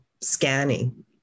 scanning